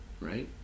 right